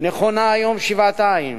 נכונה היום שבעתיים,